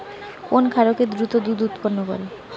কোন খাকারে দ্রুত দুধ উৎপন্ন করে?